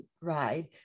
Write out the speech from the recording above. ride